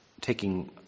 taking